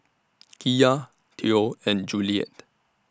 Kiya Theo and Juliette